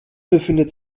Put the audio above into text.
befindet